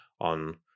on